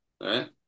right